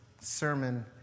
sermon